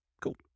Cool